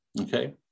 okay